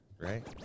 right